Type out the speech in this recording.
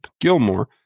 Gilmore